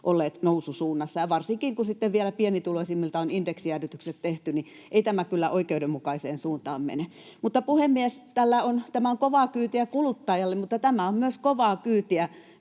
olleet noususuunnassa, ja varsinkin kun sitten vielä pienituloisimmilta on indeksijäädytykset tehty, niin ei tämä kyllä oikeudenmukaiseen suuntaan mene. Puhemies! Tämä on kovaa kyytiä kuluttajalle, mutta tämä on kovaa kyytiä